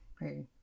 Hey